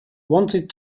wanted